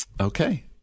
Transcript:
Okay